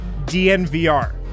DNVR